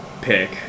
pick